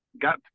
got